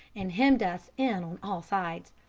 and hemmed us in on all sides.